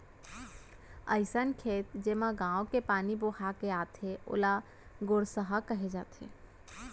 अइसन खेत जेमा गॉंव के पानी बोहा के आथे ओला गोरसहा कहे जाथे